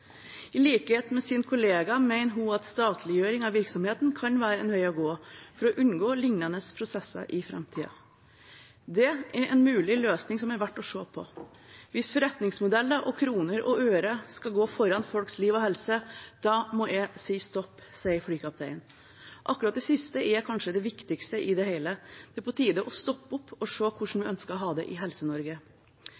I likhet med sin kollega mener hun at statliggjøring av virksomheten kan være en vei å gå for å unngå lignende prosesser i framtiden. Det er en mulig løsning det er verdt å se på. «Hvis forretningsmodeller og kroner og øre skal gå foran folks liv og helse da må jeg si stopp», sier flykapteinen. Akkurat det siste er kanskje det viktigste i det hele. Det er på tide å stoppe opp og se hvordan